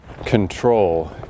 Control